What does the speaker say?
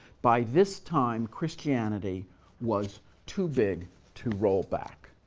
by this time, christianity was too big to roll back.